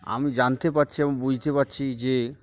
আমি জানতে পারছি এবং বুঝতে পারছি যে